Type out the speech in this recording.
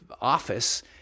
office